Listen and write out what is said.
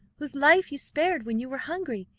whose life you spared when you were hungry.